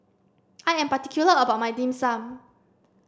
I am particular about my dim sum